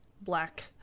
black